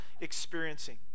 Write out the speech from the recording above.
experiencing